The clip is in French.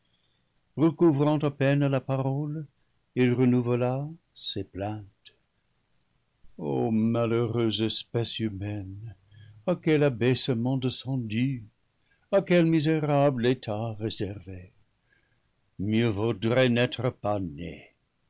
recouvrant à peine la parole il renouvela ses plaintes o malheureuse espèce humaine à quel abaissement des cendue à quel misérable état réservé mieux vaudrait n'être pas né